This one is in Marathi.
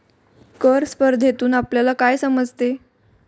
कर स्पर्धेतून आपल्याला काय समजते?